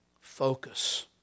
focus